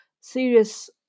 serious